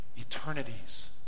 eternities